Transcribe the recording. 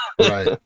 Right